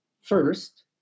first